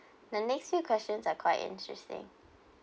the next few questions are quite interesting